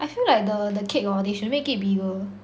I feel like the the cake hor they should make it bigger